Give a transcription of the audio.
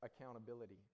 accountability